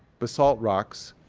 basalt rocks,